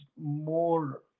more